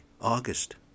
August